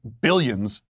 billions